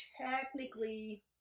technically